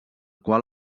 qual